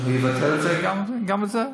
הוא יבטל גם את זה.